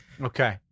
Okay